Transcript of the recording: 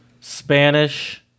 Spanish